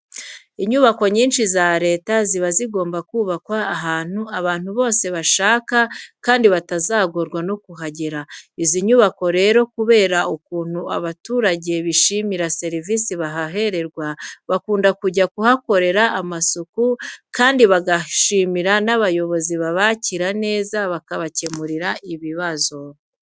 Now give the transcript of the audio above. Inyubako nyinshi za leta ziba zigomba kubakwa ahantu abantu bose bashaka kandi batazagorwa no kuhagera. Izi nyubako rero kubera ukuntu abaturage bishimira serivise bahererwamo, bakunda kujya kuhakorera amasuku kandi bagashimira n'abayobozi babakira neza bakabakemurira ibibazo.